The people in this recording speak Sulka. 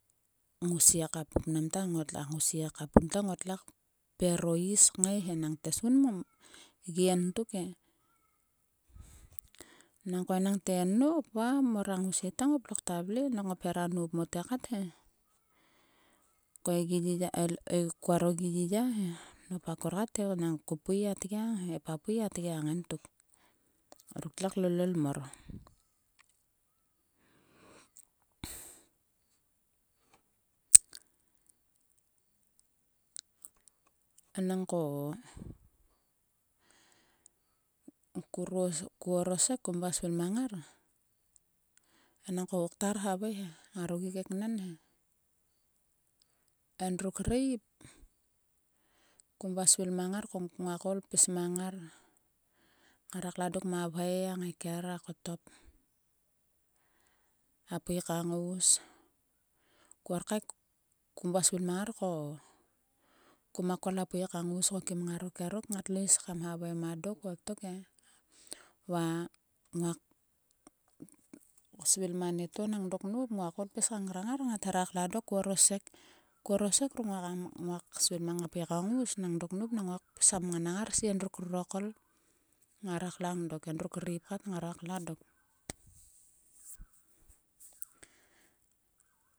Ngousie ka pupnam ta. ngousie ka pun ta ngotle kper o is kngai he. Nang tesgun gi entuke. Nangko enangte en nop va mor a ngousie ta ngopla vle e. Nok ngop her nop mote kat he. Ko e gi yiya. Koaro gi yiya. nop akar kat e vanang ko pui atgiang he. E papui at giang entuk. ruk tle klolol mor. Nangko ko ros. ko orosek kam vua svil mang ngar. Enang ko. ko ktar havai he. Ngaro gi keknen he. Endruk rreip kom vua svil ngar ko nguak koul pis mang ngar. Ngara klang dok ma vhoi a ngiker a kotop. a pui ka ngous. Ko orkaek kom vua svil mang ngar ko. Koma kol piu ka ngous ko kim ngaro kerok. Ngatlo is kam havai mang dok o tok e. Va nguak svil mang anieto nang dok nop. Nguak koul pis ka ngrang ngar ngat hera klang dok. Ko oresek. Ko orosek ruk nguaka svil mang a pui ka ngouse nang dok nop. nang nguak pis ka ngrang ngar. Si endruk rurokol ngara klang dok. Endruk ireip kat ngara klang dok.